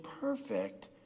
perfect